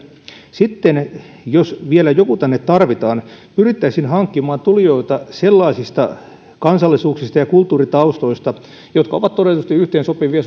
sitten jos vielä joku tänne tarvitaan pyrittäisiin hankkimaan tulijoita sellaisista kansallisuuksista ja kulttuuritaustoista jotka ovat todetusti yhteensopivia